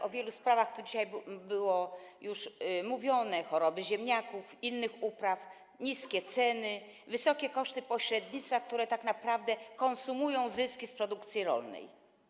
O wielu sprawach dzisiaj już tu mówiono: choroby ziemniaków, innych upraw, niskie ceny, wysokie koszty pośrednictwa, które tak naprawdę konsumują zyski z produkcji rolnej.